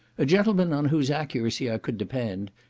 a gentleman, on whose accuracy i could depend,